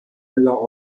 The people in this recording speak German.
miller